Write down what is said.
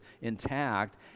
intact